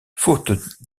faute